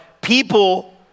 people